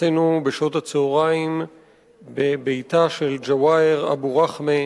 עשינו בשעות הצהריים בביתה של ג'והאר אבו רחמה,